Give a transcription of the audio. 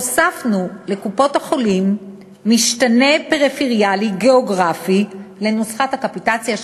הוספנו לקופות-החולים משתנה פריפריאלי-גיאוגרפי לנוסחת הקפיטציה,